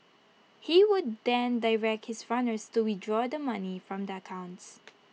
he would then direct his runners to withdraw the money from the accounts